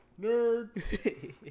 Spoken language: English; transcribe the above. Nerd